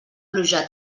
pluja